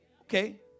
Okay